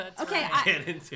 Okay